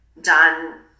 done